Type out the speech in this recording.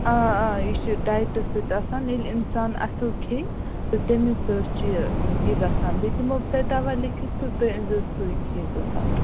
آ آ یہِ چھُ ڈایٹَس سۭتۍ آسان ییٚلہِ اِنسان اَصٕل کھیٚیہِ تہٕ تَمی سۭتۍ چھِ یہِ گژھان بیٚیہِ دِمہو بہٕ تۄہہِ دَوا لیکھِتھ تہٕ تُہۍ أنۍزیٚو سُے کھیٚزیٚو پَتہٕ